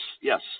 yes